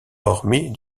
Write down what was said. hormis